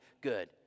good